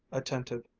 attentive,